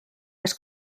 las